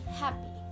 happy।